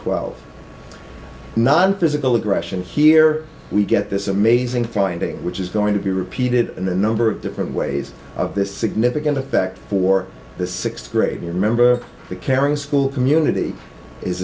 twelve non physical aggression here we get this amazing finding which is going to be repeated in a number of different ways of this significant effect for the sixth grade year remember the caring school community is